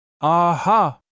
Aha